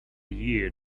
year